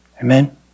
amen